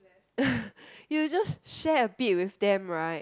you just share a bit with them right